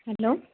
hello